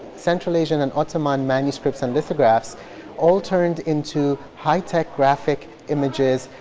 central asian and ottoman manuscripts and lithographs all turned into high-tech graphic images.